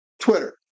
Twitter